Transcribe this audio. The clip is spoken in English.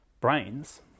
brains